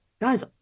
guys